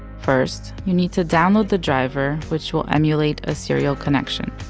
first you need to download the driver which will emulate a serial connection.